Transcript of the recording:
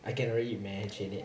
I can already imagine